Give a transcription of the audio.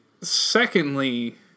secondly